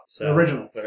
Original